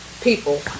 people